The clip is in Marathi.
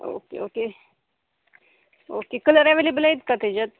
okay okay okay colour available आहेत का त्याच्यात